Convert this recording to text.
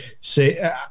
say